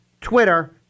Twitter